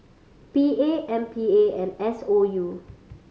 P A M P A and S O U